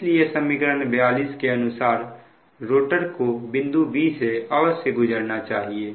इसलिए समीकरण 42 के अनुसार रोटर को बिंदु b से अवश्य गुजरना चाहिए